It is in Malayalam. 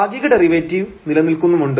ഭാഗിക ഡെറിവേറ്റീവ് നിലനിൽക്കുന്നുണ്ട്